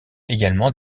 également